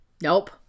nope